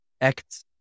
acts